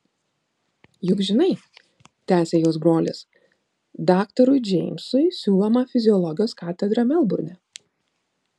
juk žinai tęsė jos brolis daktarui džeimsui siūloma fiziologijos katedra melburne